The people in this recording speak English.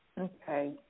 Okay